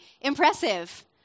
impressive